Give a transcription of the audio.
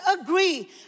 agree